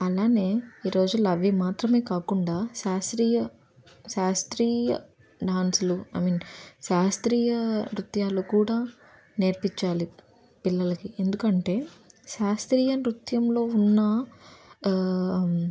అలానే ఈ రోజుల్లో అవి మాత్రమే కాకుండా శాస్త్రీయ శాస్త్రీయ డాన్సులు ఐ మీన్ శాస్త్రీయ నృత్యాలు కూడా నేర్పించాలి పిల్లలకి ఎందుకంటే శాస్త్రీయ నృత్యంలో ఉన్న